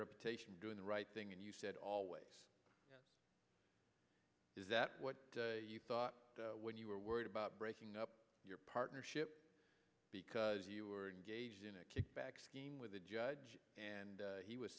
reputation for doing the right thing and you said always is that what you thought when you were worried about breaking up your partnership because you were engaged in a kickback scheme with the judge and he was